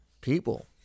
People